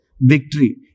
victory